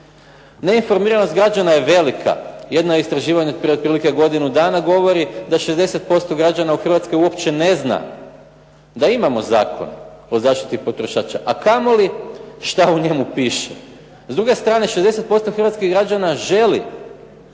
Neinformiranost građana je velika. Jedno istraživanje od prije otprilike godinu dana govori da 60% građana u Hrvatskoj uopće ne zna da imamo Zakon o zaštiti potrošača, a kamo li što u njemu piše. S druge strane, 60% hrvatskih građana želi